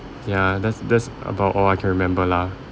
ya that's that's about all I can remember lah